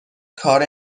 کار